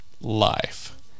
life